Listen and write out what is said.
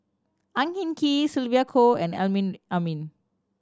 Ang Hin Kee Sylvia Kho and Amrin Amin